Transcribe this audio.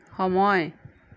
সময়